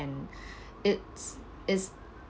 and it's is